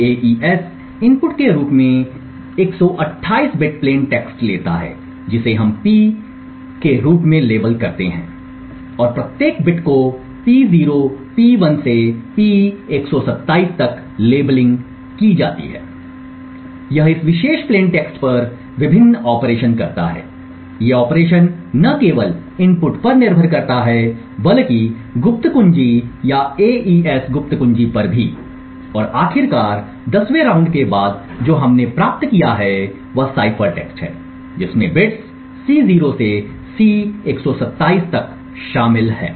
AES input के रूप में 128 बिट प्लेन टेक्स्ट लेता है जिसे हम P के रूप में लेबल करते हैं और प्रत्येक बिट को P0 P1 से P127 तक लेबल किया जाता है यह इस विशेष प्लेन टेक्स्ट पर विभिन्न ऑपरेशन करता है ये ऑपरेशन न केवल इनपुट पर निर्भर करता है बल्कि गुप्त कुंजी या एईएस गुप्त कुंजी पर भी और आखिरकार 10 राउंड के बाद जो हमने प्राप्त किया है वह साइफर टेक्स्ट है जिसमें बिट्स C0 से C127 शामिल हैं